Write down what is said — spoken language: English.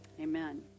amen